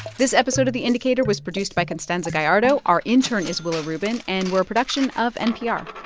this episode of the indicator was produced by constanza gallardo. our intern is willa rubin, and we're a production of npr